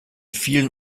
vielen